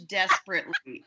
desperately